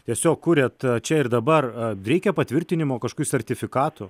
tiesiog kuriat čia ir dabar reikia patvirtinimo kažkokių sertifikatų